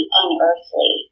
unearthly